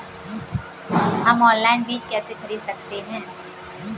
हम ऑनलाइन बीज कैसे खरीद सकते हैं?